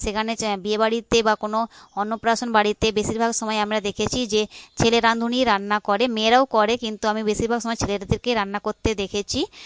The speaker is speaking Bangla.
সেখানে বিয়েবাড়িতে বা কোনো অন্নপ্রাশন বাড়িতে বেশীরভাগ সময় আমরা দেখেছি যে ছেলে রাঁধুনি রান্না করে মেয়েরাও করে কিন্তু আমি বেশীরভাগ সময় ছেলেদেরকেই রান্না করতে দেখেছি